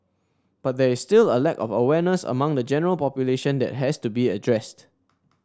but there is still a lack of awareness among the general population that has to be addressed